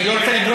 אל תגיד תודה.